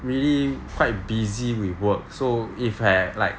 really quite busy with work so if have like